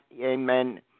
amen